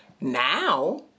now